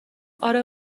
آره